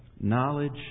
Knowledge